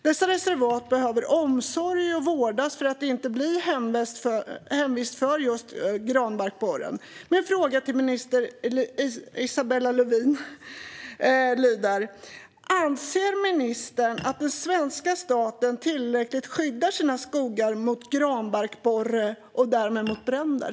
Dessa reservat behöver omsorg och omvårdnad för att inte bli hemvist för just granbarkborren. Min fråga till miljö och klimatminister Isabella Lövin lyder: Anser ministern att den svenska staten tillräckligt skyddar sina skogar mot granbarkborre och därmed mot bränder?